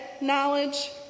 knowledge